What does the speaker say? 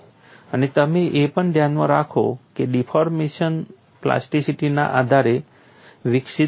અને તમે એ પણ ધ્યાનમાં રાખો કે જે ડિફોર્મેશન પ્લાસ્ટિસિટીના આધારે વિકસિત થયેલ છે